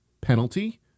penalty